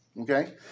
okay